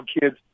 kids